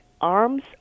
arms